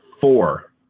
four